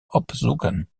opzoeken